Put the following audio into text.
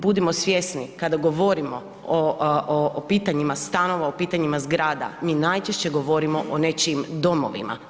Budimo svjesni kada govorimo o pitanjima stanova, o pitanjima zgrada, mi najčešće govorimo o nečijim domovima.